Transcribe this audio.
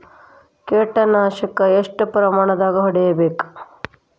ಕೇಟ ನಾಶಕ ಎಷ್ಟ ಪ್ರಮಾಣದಾಗ್ ಹೊಡಿಬೇಕ?